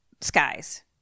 skies